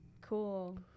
cool